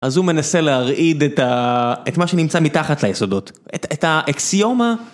אז הוא מנסה להרעיד את מה שנמצא מתחת ליסודות, את האקסיומה.